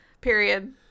period